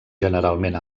generalment